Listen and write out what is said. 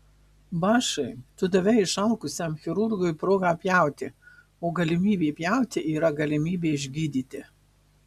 bašai tu davei išalkusiam chirurgui progą pjauti o galimybė pjauti yra galimybė išgydyti